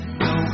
no